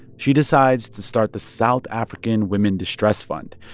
she decides to start the south african women distress fund.